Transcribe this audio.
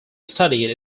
studied